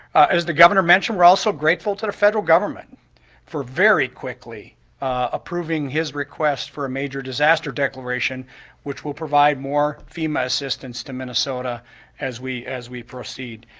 as the governor mentioned, we're also grateful to the federal government for very quickly approving his request for a major disaster declaration which will provide more fema assistance to minnesota as we as we proceed.